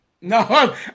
No